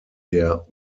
der